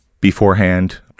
beforehand